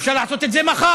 אפשר לעשות את זה מחר.